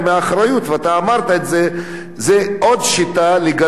זה עוד שיטה לגלות את המשפחות היותר-נזקקות,